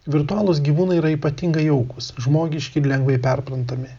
virtualūs gyvūnai yra ypatingai jaukūs žmogiški ir lengvai perprantami